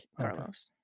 Carlos